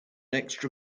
extra